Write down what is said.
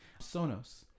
Sonos